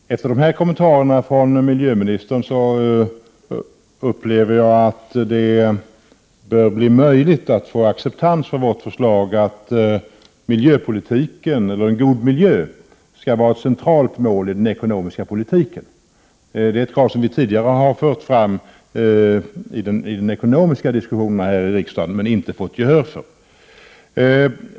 Herr talman! Efter dessa kommentarer från miljöministern bör det bli möjligt att få acceptans för vårt förslag att en god miljö skall vara ett centralt mål i den ekonomiska politiken. Det kravet har vi fört fram tidigare i den ekonomiska diskussionen här i riksdagen men inte fått gehör för.